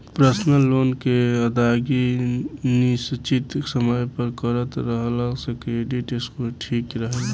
personal loan के अदायगी निसचित समय पर करत रहला से क्रेडिट स्कोर ठिक रहेला